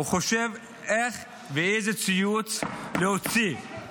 הוא חושב איך ואיזה ציוץ להוציא.